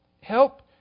Help